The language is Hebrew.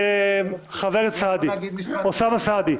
חבר הכנסת אוסאמה סעדי,